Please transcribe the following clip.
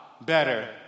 better